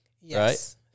Yes